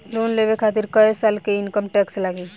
Loan लेवे खातिर कै साल के इनकम टैक्स लागी?